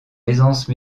aisance